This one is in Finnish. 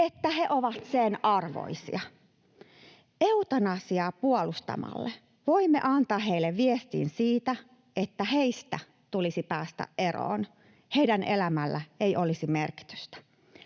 että he ovat sen arvoisia. Eutanasiaa puolustamalla voimme antaa heille viestin siitä, että heistä tulisi päästä eroon, heidän elämällään ei olisi merkitystä.